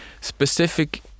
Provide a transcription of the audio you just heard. specific